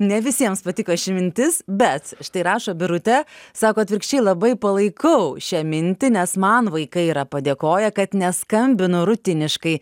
ne visiems patiko ši mintis bet štai rašo birutė sako atvirkščiai labai palaikau šią mintį nes man vaikai yra padėkoję kad neskambinu rutiniškai